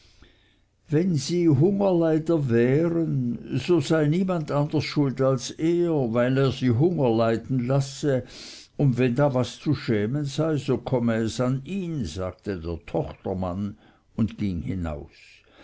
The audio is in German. wenn sie hungerleider wären so sei niemand anders schuld als er weil er sie hunger leiden lasse und wenn da was zu schämen sei so komme es an ihn sagte der tochtermann und ging hinaus